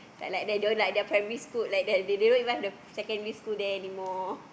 like they don't like the primary school like that they don't even have the secondary school there anymore